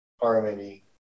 Harmony